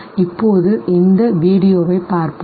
இப்போது இந்த வீடியோவைப் பார்ப்போம்